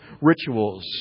rituals